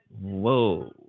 Whoa